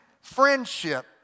friendship